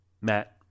Matt